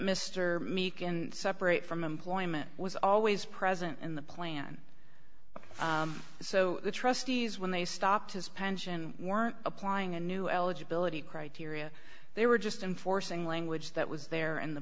mr meek and separate from employment was always present in the plan so the trustees when they stopped his pension weren't applying a new eligibility criteria they were just enforcing language that was there and the